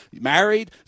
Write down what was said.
Married